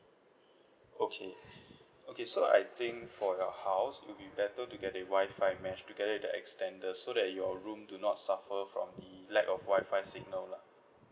okay okay so I think for your house it would be better to get the Wi-Fi mesh together with the extender so that your room do not suffer from the lack of Wi-Fi signal lah